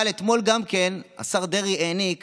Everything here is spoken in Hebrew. אבל אתמול גם כן השר דרעי העניק